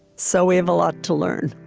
so we have a lot to learn.